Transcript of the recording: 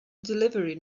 delivery